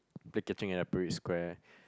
play catching at the parade square